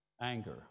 anger